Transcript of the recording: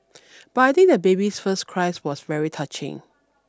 but I think the baby's first cry was very touching